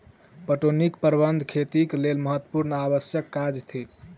पटौनीक प्रबंध खेतीक लेल महत्त्वपूर्ण आ आवश्यक काज थिक